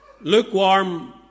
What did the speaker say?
Lukewarm